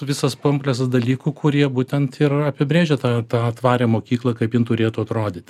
visas komplektas dalykų kurie būtent ir apibrėžia tą tą tvarią mokyklą kaip jin turėtų atrodyti